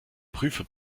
prüfer